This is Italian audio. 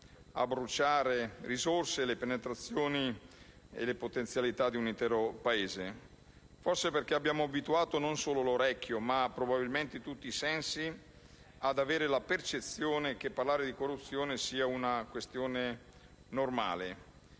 a bruciare risorse e le potenzialità di un intero Paese. Forse abbiamo abituato non solo l'orecchio, ma probabilmente tutti i sensi ad avere la percezione che parlare di corruzione sia una questione normale: